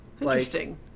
Interesting